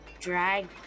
drag